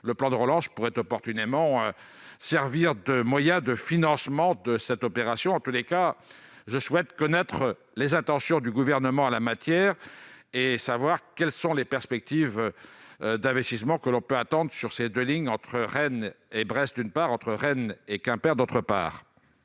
le plan de relance pourrait opportunément servir de moyen de financement. Je souhaite connaître les intentions du Gouvernement en la matière et les perspectives d'investissement que l'on peut attendre pour ces deux lignes, entre Rennes et Brest, d'une part, et entre Rennes et Quimper, d'autre part.